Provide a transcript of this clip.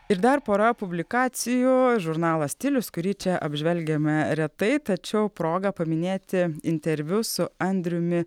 ir dar pora publikacijų žurnalas stilius kurį čia apžvelgiame retai tačiau proga paminėti interviu su andriumi